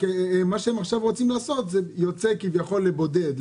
רק מה שהם עכשיו רוצים לעשות זה יוצא כביכול לבודד,